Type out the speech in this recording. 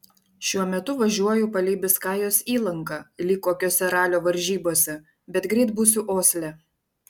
šiuo metu važiuoju palei biskajos įlanką lyg kokiose ralio varžybose bet greit būsiu osle